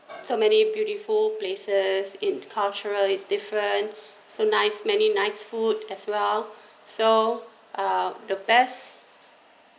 so many beautiful places in cultural is different so nice many nice food as well so uh the best